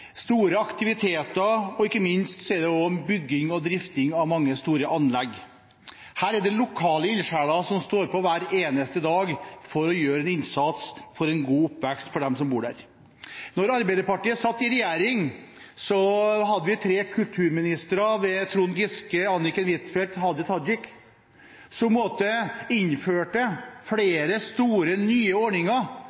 store aktiviteter, og ikke minst er det også bygging og drift av mange store anlegg. Her er det lokale ildsjeler som står på hver eneste dag for å gjøre en innsats for en god oppvekst for dem som bor der. Da Arbeiderpartiet satt i regjering, hadde vi tre kulturministre, Trond Giske, Anniken Huitfeldt, Hadia Tajik, som innførte flere store, nye ordninger